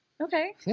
Okay